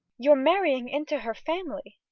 you're marrying into her family.